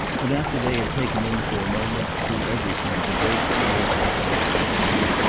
and after they had taken in for a moment, through everything, the great clear architectural street,